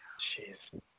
Jeez